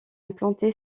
implanté